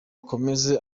akomeze